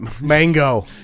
Mango